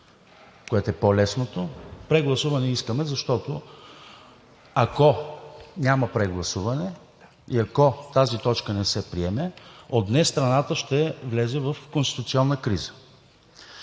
което е по-лесното. Прегласуване искаме, защото ако няма прегласуване и ако тази точка не се приеме, от днес страната ще влезе в конституционна криза.